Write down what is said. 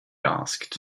asked